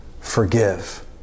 forgive